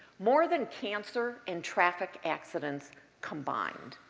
more than cancer and traffic accidents combined.